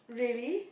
really